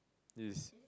is